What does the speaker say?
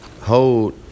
hold